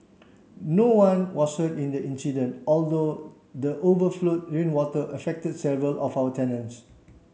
no one was hurt in the incident although the overflowed rainwater affected several of our tenants